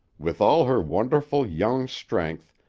with all her wonderful young strength,